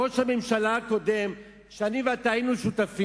הוא לא הכריז